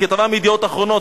כתבה מ"ידיעות אחרונות",